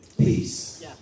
peace